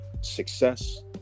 success